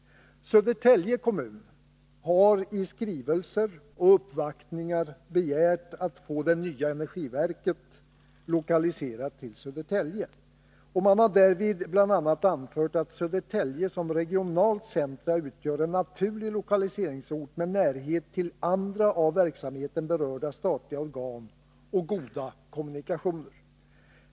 Södertälje kommun har i skrivelser och uppvaktningar begärt att få det nya energiverket lokaliserat till Södertälje. Man har därvid bl.a. anfört att Södertälje som regionalt centrum utgör en naturlig lokaliseringsort med närhet till andra av verksamheten berörda statliga organ och med goda kommunikationer.